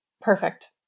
perfect